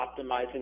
optimizing